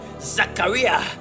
Zachariah